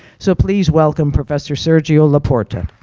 so, please welcome professor sergio la porta.